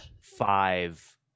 five